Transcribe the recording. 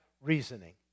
reasoning